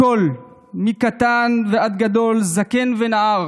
הכול, מקטן ועד גדול, זקן ונער,